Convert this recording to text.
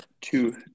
two